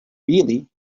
really